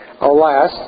Alas